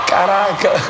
Caraca